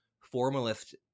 formalist